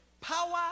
power